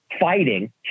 fighting